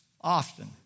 often